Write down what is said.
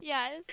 Yes